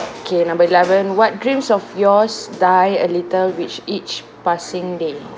okay number eleven what dreams of yours die a little with each passing day